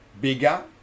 bigger